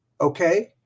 Okay